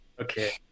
Okay